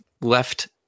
Left